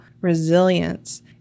resilience